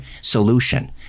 solution